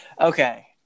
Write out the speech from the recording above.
okay